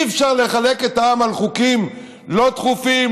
אי-אפשר לחלק את העם על חוקים לא דחופים,